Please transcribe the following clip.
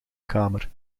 kamer